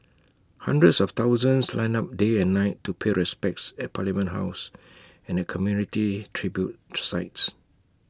hundreds of thousands lined up day and night to pay respects at parliament house and community tribute sites